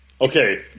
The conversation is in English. Okay